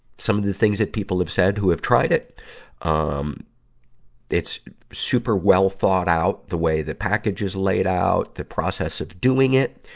some of the things that people have said who have tried it um it's super well thought out, the way the package is laid out, the process of doing it,